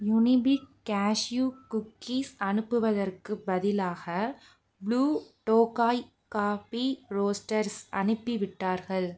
Unibic cashew cookies அனுப்புவதற்குப் பதிலாக Blue Tokai coffee roasters அனுப்பிவிட்டார்கள்